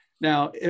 Now